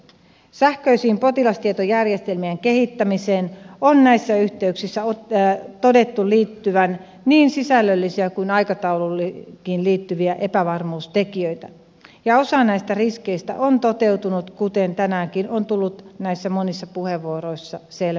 sähköisten potilastietojärjestelmien kehittämiseen on näissä yhteyksissä todettu liittyvän niin sisällöllisiä kuin aikatauluunkin liittyviä epävarmuustekijöitä ja osa näistä riskeistä on toteutunut kuten tänäänkin on tullut näissä monissa puheenvuoroissa selväksi